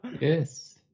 Yes